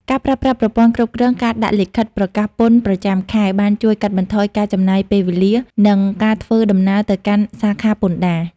អាជីពជាអ្នកកាន់បញ្ជីការមិនមែនត្រឹមតែការកត់ត្រាចំណូលចំណាយលើក្រដាសនោះទេ ប៉ុន្តែគឺជាការគ្រប់គ្រងទិន្នន័យក្នុងប្រព័ន្ធកុំព្យូទ័រ។